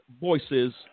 voices